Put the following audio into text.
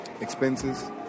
expenses